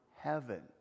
heaven